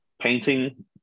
painting